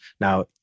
Now